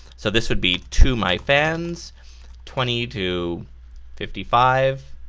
so this would be, to my fans twenty to fifty five